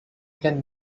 can